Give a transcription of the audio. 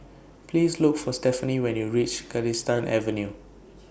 Please Look For Stefanie when YOU REACH Galistan Avenue